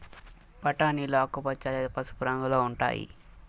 బఠానీలు ఆకుపచ్చ లేదా పసుపు రంగులో ఉంటాయి